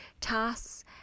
tasks